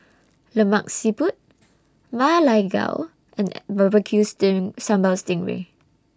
Lemak Siput Ma Lai Gao and Barbecue Sting Ray Sambal Sting Ray